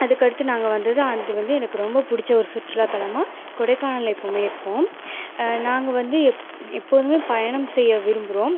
அதுக்கு அடுத்து நாங்கள் வந்தது அது வந்து எனக்கு ரொம்ப பிடிச்ச ஒரு சுற்றுலாதளமாக கொடைக்கானல் எப்போவுமே இருக்கும் நாங்கள் வந்து எப் எப்போதுமே பயணம் செய்ய விரும்புகிறோம்